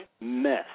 mess